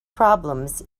problems